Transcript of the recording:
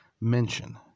mention